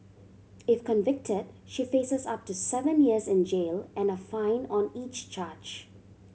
if convicted she faces up to seven years in jail and a fine on each charge